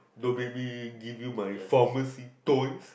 your baby give you my pharmacy toys